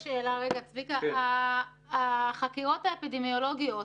החקירות האפידמיולוגיות,